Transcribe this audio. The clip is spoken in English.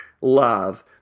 love